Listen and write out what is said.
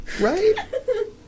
Right